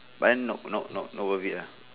but then no no no not worth it ah